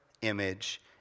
image